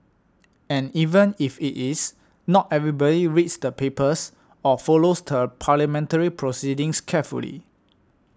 and even if it is not everybody reads the papers or follows the parliamentary proceedings carefully